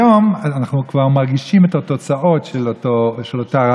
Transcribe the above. היום אנחנו כבר מרגישים את התוצאות של אותו רעיון.